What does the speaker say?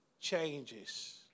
changes